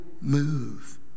move